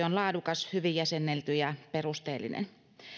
on laadukas hyvin jäsennelty ja perusteellinen